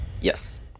Yes